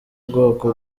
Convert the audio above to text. bwoko